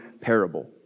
parable